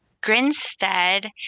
Grinstead